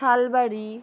Salbari